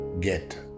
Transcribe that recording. get